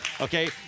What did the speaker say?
Okay